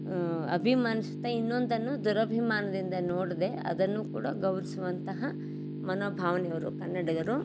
ಅಭಿಮಾನಿಸುತ್ತಾ ಇನ್ನೊಂದನ್ನು ದುರಭಿಮಾನದಿಂದ ನೋಡದೆ ಅದನ್ನೂ ಕೂಡ ಗೌರವ್ಸುವಂತಹ ಮನೋಭಾವನೆಯವರು ಕನ್ನಡಿಗರು